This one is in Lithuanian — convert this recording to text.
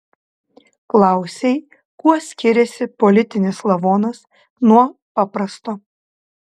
klausei kuo skiriasi politinis lavonas nuo paprasto